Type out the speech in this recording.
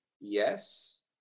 yes